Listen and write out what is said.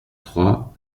trois